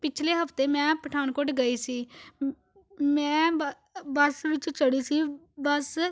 ਪਿਛਲੇ ਹਫ਼ਤੇ ਮੈਂ ਪਠਾਨਕੋਟ ਗਈ ਸੀ ਮੈਂ ਬ ਬੱਸ ਵਿੱਚ ਚੜੀ ਸੀ ਬਸ